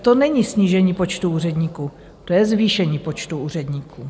To není snížení počtu úředníků, to je zvýšení počtu úředníků.